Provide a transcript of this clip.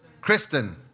Kristen